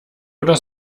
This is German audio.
oder